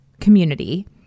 community